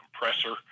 compressor